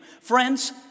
Friends